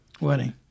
Wedding